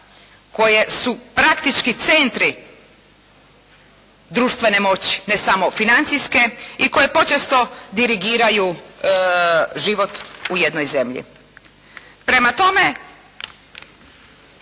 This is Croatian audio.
koje su praktički centri društvene moći, ne samo financijske i koje počesto dirigiraju život u jednoj zemlji. Prema tome